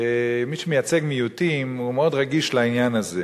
כמי שמייצג מיעוטים, הוא מאוד רגיש לעניין הזה.